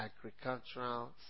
Agricultural